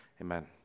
amen